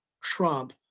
trump